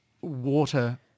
water